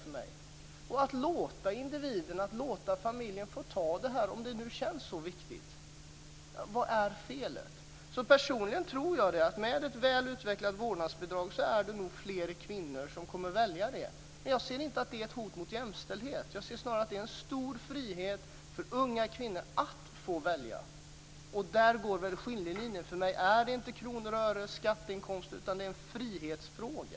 Om det nu känns så viktigt så får man låta individen och familjen få göra det. Vad är felet? Personligen tror jag att fler kvinnor kommer att välja ett väl utvecklat vårdnadsbidrag. Jag ser inte att det är ett hot mot jämställdheten. Jag ser snarare att det är en stor frihet för unga kvinnor att få välja. Och där går väl skiljelinjen. För mig handlar det inte om kronor och ören eller skatteinkomster, utan för mig är det en frihetsfråga.